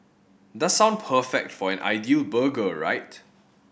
does sound perfect for an ideal burger right